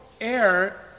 air